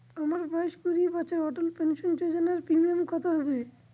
আমার বয়স কুড়ি বছর অটল পেনসন যোজনার প্রিমিয়াম কত হবে?